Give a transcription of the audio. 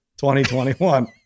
2021